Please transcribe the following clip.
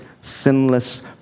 sinless